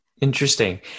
Interesting